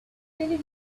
really